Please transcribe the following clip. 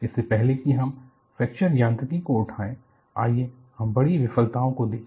इससे पहले कि हम फ्रैक्चर यांत्रिकी को उठाएं आइए हम बड़ी विफलताओं को देखें